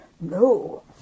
No